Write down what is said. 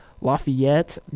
Lafayette